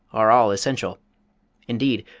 are all essential indeed,